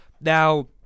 Now